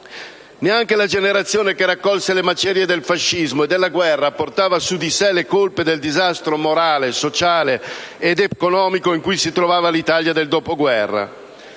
Neanche la generazione che raccolse le macerie del fascismo e della guerra portava su di se le colpe del disastro morale, sociale ed economico in cui si trovava l'Italia del dopoguerra.